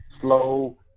slow